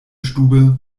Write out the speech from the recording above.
stube